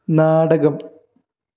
നാടകം